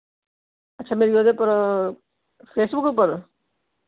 अच्छा मेरी ओह्दे पर फेसबुक उप्पर